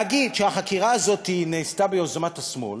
להגיד שהחקירה הזאת נעשתה ביוזמת השמאל